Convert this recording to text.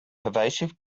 pervasive